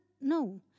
no